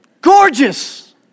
Gorgeous